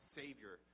savior